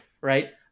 right